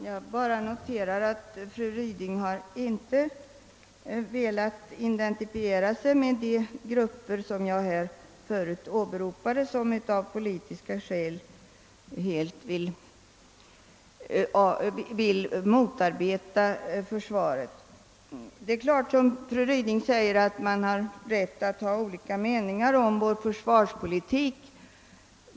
Herr talman! Jag noterar att fru Ryding inte velat identifiera sig med de grupper som jag här förut åberopat och som av politiska skäl helt vill motarbeta vårt försvar. Det är klart att man, som fru Ryding säger, har rätt att hysa olika meningar om vår försvarspolitik.